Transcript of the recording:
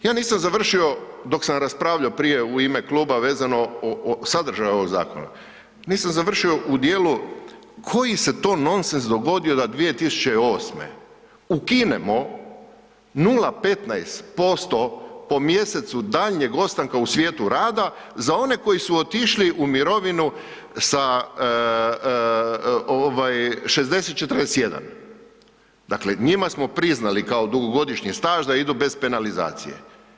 Ja nisam završio dok sam raspravljao prije u ime kluba vezano o sadržaju ovog zakona, nisam završio u dijelu koji se to nonsens dogodio da 2008.ukinemo 0,15% po mjesecu daljnjeg ostanka u svijetu rada za one koji su otišli u mirovinu sa 60/41 dakle njima smo priznali kao dugogodišnji staž da idu bez penalizacije.